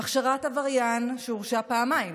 הכשרת עבריין שהורשע פעמיים